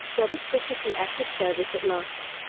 roberts was to see active service at last.